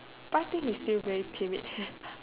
part thing is still very timid